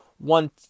one